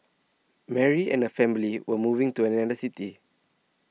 Mary and her family were moving to another city